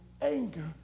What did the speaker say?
anger